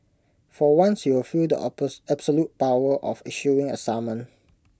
for once you'll feel the absolute power of issuing A summon